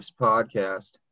podcast